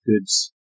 goods